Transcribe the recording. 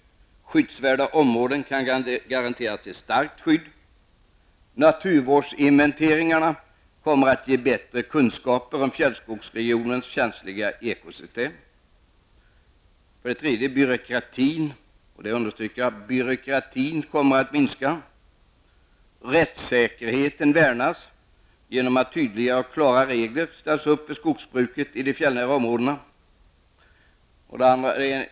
Skyddsvärda områden kan garanteras ett starkt skydd. Naturvärdesinventeringarna kommer att ge bättre kunskaper om fjällskogsregionens känsliga ekosystem. Byråkratin kommer att minska, och detta är något jag vill understryka. Rättssäkerheten värnas genom att tydliga och klara regler ställs upp för skogsbruket i de fjällnära områdena.